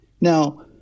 Now